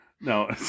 No